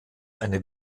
eine